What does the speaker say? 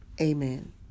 Amen